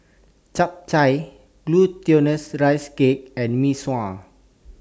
Chap Chai Glutinous Rice Cake and Mee Sua